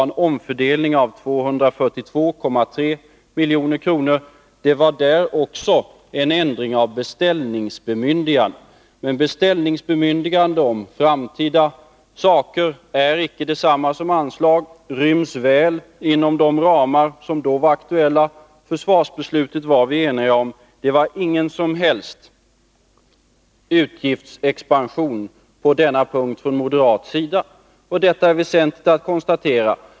En omfördelning skedde av 242,3 milj.kr. samt en ändring av beställningsbemyndigandet. Men ett beställningsbemyndigande om framtida saker är inte detsamma som anslag, och det rymdes väl inom de ramar som då var aktuella. Försvarsbeslutet var vi eniga om. Det skedde ingen som helst utgiftsexpansion på den punkten från moderat sida. Detta är väsentligt att konstatera.